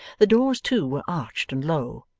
the doors, too, were arched and low,